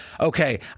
Okay